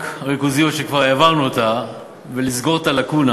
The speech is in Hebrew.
הריכוזיות שכבר העברנו ולסגור את הלקונה